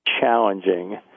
challenging